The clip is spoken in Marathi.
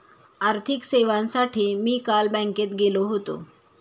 आर्थिक सेवांसाठी मी काल बँकेत गेलो होतो